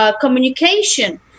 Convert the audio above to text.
communication